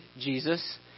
Jesus